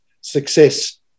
success